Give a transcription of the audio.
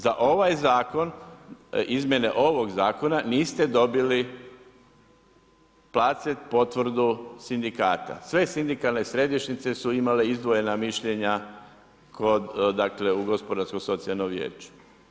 Za ovaj zakon, izmjene ovog zakona, niste dobili placet potvrdu sindikata, sve sindikalne središnjice su imale izdvojena mišljenja u gospodarsko socijalnom vijeću.